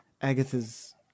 Agatha's